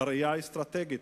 בראייה האסטרטגית,